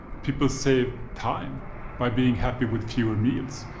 people save time by being happy with fewer meals.